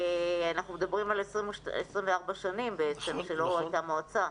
אנחנו מדברים על 24 שנים שלא הייתה מועצה.